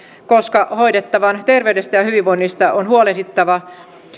koska hoidettavan terveydestä ja hyvinvoinnista on huolehdittava